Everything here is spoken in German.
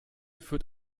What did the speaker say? führt